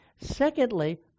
Secondly